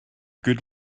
good